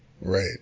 Right